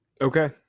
Okay